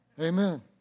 Amen